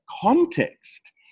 context